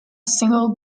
single